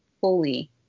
fully